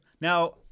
Now